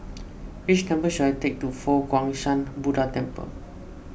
which should I take to Fo Guang Shan Buddha Temple